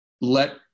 let